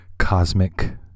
cosmic